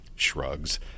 shrugs